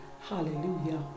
Hallelujah